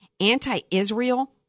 anti-Israel